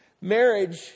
Marriage